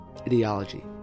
ideology